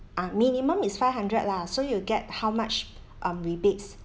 ah minimum is five hundred lah so you will get how much um rebates